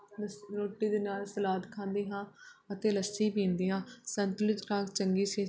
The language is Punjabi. ਬਸ ਰੋਟੀ ਦੇ ਨਾਲ ਸਲਾਦ ਖਾਂਦੀ ਹਾਂ ਅਤੇ ਲੱਸੀ ਪੀਂਦੀ ਹਾਂ ਸੰਤੁਲਿਤ ਖੁਰਾਕ ਚੰਗੀ ਸਿਹ